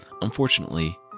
Unfortunately